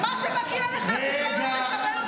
מה שמגיע לך --- רגע.